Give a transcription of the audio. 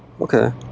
Okay